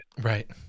Right